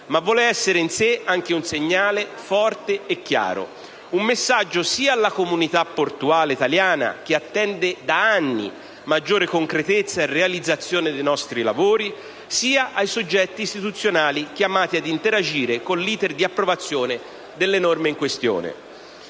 ma vuole essere in sé anche un segnale forte e chiaro, un messaggio sia alla comunità portuale italiana, che attende da anni maggiore concretezza e realizzazione dei nostri lavori, sia ai soggetti istituzionali chiamati ad interagire con l'*iter* di approvazione delle norme in questione.